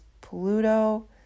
Pluto